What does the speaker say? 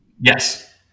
Yes